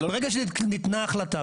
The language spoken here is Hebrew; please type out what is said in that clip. ברגע שניתנה החלטה,